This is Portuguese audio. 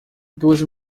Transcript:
duas